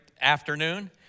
afternoon